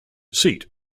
seat